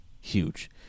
huge